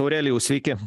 aurelijau sveiki